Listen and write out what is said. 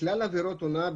בכלל עבירות הונאה,